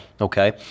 Okay